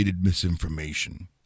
misinformation